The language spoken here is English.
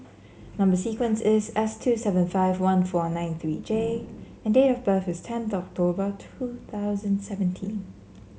number sequence is S two seven five one four nine three J and date of birth is tenth October two thousand and seventeen